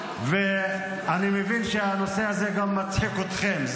ואני מבין שהנושא הזה גם מצחיק אתכם.